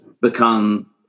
become